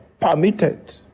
permitted